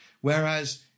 whereas